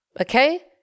okay